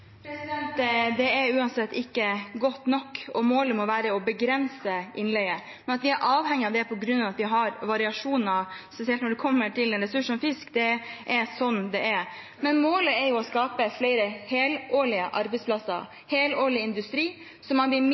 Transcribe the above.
Det er uansett ikke godt nok, og målet må være å begrense innleie. At vi er avhengig av det fordi vi har variasjoner, spesielt når det gjelder en ressurs som fisk, er sånn det er. Men målet er å skape flere helårige arbeidsplasser, helårig industri, så man